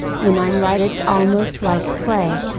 when i'm right it's almost like play.